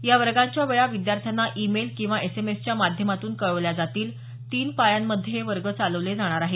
या वर्गांच्या वेळा विद्यार्थ्यांना ई मेल किंवा एसएमएसच्या माध्यामातून कळवल्या जातील तीन पाळ्यांमधे हे वर्ग चालवले जाणार आहेत